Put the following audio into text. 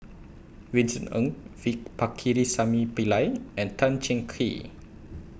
Vincent Ng V Pakirisamy Pillai and Tan Cheng Kee